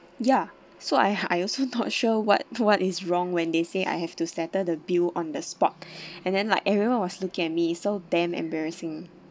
ya so I I also not sure what what is wrong when they say I have to settle the bill on the spot and then like everyone was look at me so damn embarrassing